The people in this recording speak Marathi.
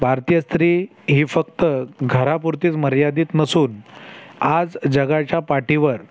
भारतीय स्त्री ही फक्त घरापुरतीच मर्यादित नसून आज जगाच्या पाठीवर